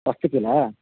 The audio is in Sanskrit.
अस्तु किल